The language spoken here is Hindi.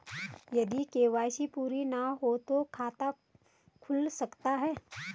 यदि के.वाई.सी पूरी ना हो तो खाता खुल सकता है?